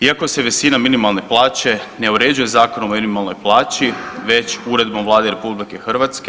Iako se visina minimalne plaće ne uređuje Zakonom o minimalnoj plaći već uredbom Vlade RH.